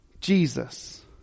Jesus